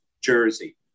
Jersey